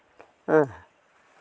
ᱦᱮᱸ